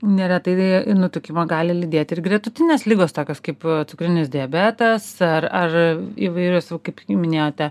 neretai nutukimą gali lydėti ir gretutinės ligos tokios kaip cukrinis diabetas ar ar įvairios va kaip minėjote